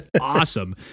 awesome